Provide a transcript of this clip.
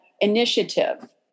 initiative